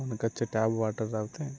మనకి వచ్చే tap water త్రాగితే